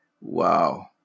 Wow